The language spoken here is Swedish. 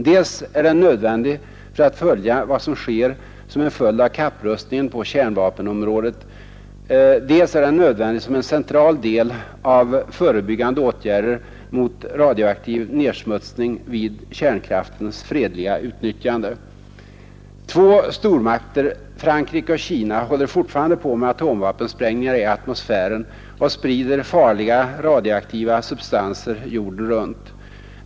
Dels är den nödvändig för att följa vad som sker som en följd av kapprustningen på kärnvapenområdet, dels är den nödvändig som en central del av förebyggande åtgärder mot radioaktiv nedsmutsning vid kärnkraftens fredliga utnyttjande. Två stormakter, Frankrike och Kina, håller fortfarande på med atomvapensprängningar i atmosfären och sprider farliga radioaktiva substanser jorden runt.